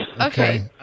Okay